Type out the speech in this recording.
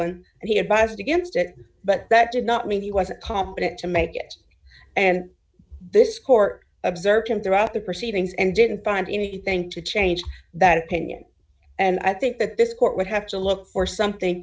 when he advised against it but that did not mean he wasn't competent to make it and this court observed him throughout the proceedings and didn't find anything to change that opinion and i think that this court would have to look for something